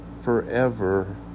forever